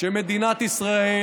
שמדינת ישראל,